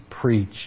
preach